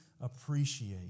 appreciate